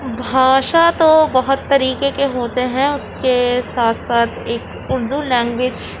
بھاشا تو بہت طریقے کے ہوتے ہیں اس کے ساتھ ساتھ ایک اردو لینگویج